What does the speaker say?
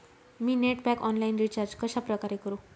मी net pack online recharge कशाप्रकारे करु?